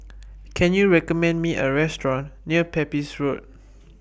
Can YOU recommend Me A Restaurant near Pepys Road